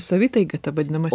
savitaiga ta vadinama